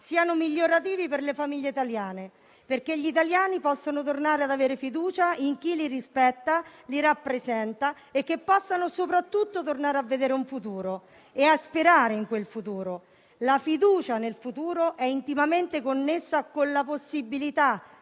siano migliorativi per le famiglie italiane perché gli italiani possano tornare ad avere fiducia in chi li rispetta, li rappresenta e che possano soprattutto tornare a vedere un futuro e a sperare in esso. La fiducia nel futuro è intimamente connessa con la possibilità